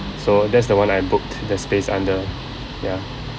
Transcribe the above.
so that's the one I booked the space under ya